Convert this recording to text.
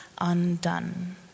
undone